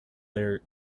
their